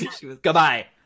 Goodbye